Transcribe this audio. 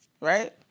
right